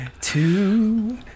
Two